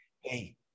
Hey